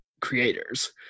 creators